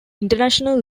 international